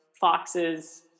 foxes